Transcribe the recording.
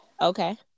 Okay